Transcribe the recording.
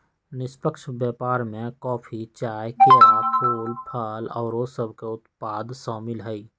निष्पक्ष व्यापार में कॉफी, चाह, केरा, फूल, फल आउरो सभके उत्पाद सामिल हइ